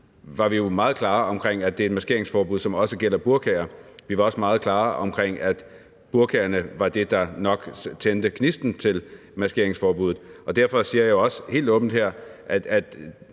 var vi jo meget klare om, at det er et maskeringsforbud, som også gælder burkaer. Vi var også meget klare om, at burkaerne var det, der nok tændte gnisten til maskeringsforbuddet. Derfor siger jeg også helt åbent her, at